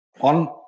On